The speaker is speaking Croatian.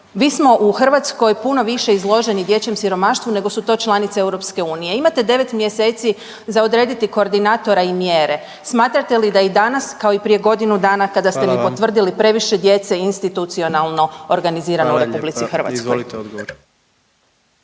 Mi smo u Hrvatskoj puno više izloženi dječjem siromaštvu nego su to članice EU. Imate 9 mjeseci za odrediti koordinatora i mjere. Smatrate li da i danas kao i prije godinu dana kada ste mi potvrdili previše djece institucionalno organizirano na tablici hrvatskoj?